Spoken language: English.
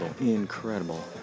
incredible